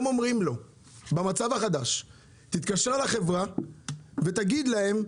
במצב החדש אומרים לו להתקשר לחברה ותגיד להם.